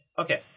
okay